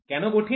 কেন কঠিন